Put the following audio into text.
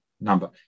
number